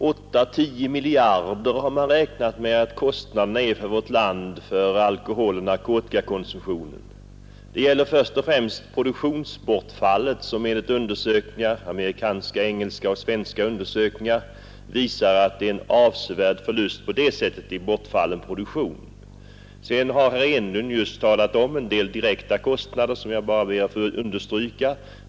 Herr talman! Man har beräknat samhällets kostnader för alkoholoch narkotikakonsumtionen i vårt land till 8—10 miljarder kronor. Enligt amerikanska, engelska och svenska undersökningar lider samhället i detta sammanhang främst en avsevärd förlust genom bortfall av produktion. Herr Enlund har vidare just omnämnt en del direkta kostnader, vilkas betydelse jag bara ber att få understryka.